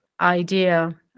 idea